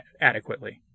adequately